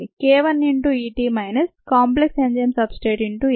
k 1 into E t minus complex enzyme substrate into S